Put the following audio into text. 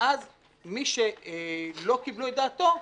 ואז מי שלא קיבלו את דעתו,